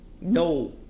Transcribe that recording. No